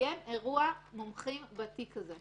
להסתיים אירוע מומחים בתיק הזה.